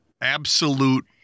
absolute